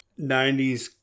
90s